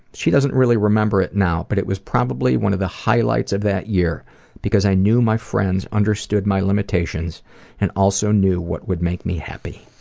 she doesn't really remember it now, but it was probably one of the highlights of that year because i knew my friends understood my limitations and also knew what would make me happy.